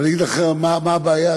אבל אני אגיד לכם מה הבעיה,